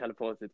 teleported